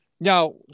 Now